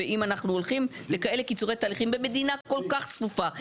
ואם אנחנו הולכים לכאלה קיצורי תהליכים במדינה כל כך צפופה,